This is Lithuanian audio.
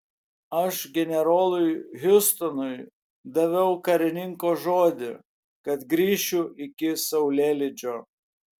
aš generolui hiustonui daviau karininko žodį kad grįšiu iki saulėlydžio